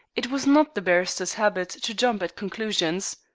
it was not the barrister's habit to jump at conclusions.